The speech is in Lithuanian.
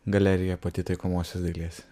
galerija pati taikomosios dailės